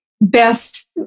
best